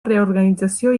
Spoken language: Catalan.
reorganització